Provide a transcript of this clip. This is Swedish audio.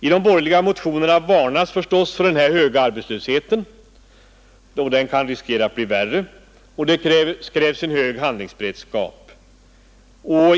I de borgerliga motionerna varnar man givetvis för den höga arbetslösheten, som man säger kan bli ännu värre, och motionärerna kräver hög handlingsberedskap.